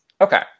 Okay